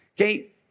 Okay